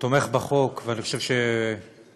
תומך בחוק, ואני חושב שהוא חוק,